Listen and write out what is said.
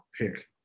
pick